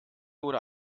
oder